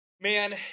man